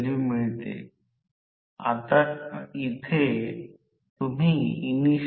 stator वरून पाहिल्याप्रमाणे rotor क्षेत्रच निव्वळ वेग फक्त n ns n n s असेल